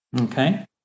Okay